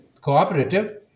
cooperative